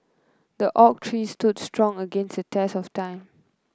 the oak tree stood strong against the test of time